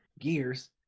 Gears